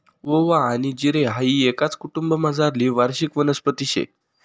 ओवा आनी जिरे हाई एकाच कुटुंबमझारली वार्षिक वनस्पती शे